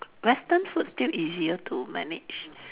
Western food still easier to manage